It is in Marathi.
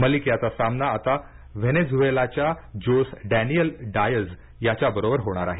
मलिक याचा सामना आता व्हेनेझुएलाच्या जोस डॅनिएल डायझ याच्याबरोबर होणार आहे